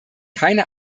keine